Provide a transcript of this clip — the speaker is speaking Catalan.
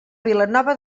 vilanova